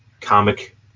comic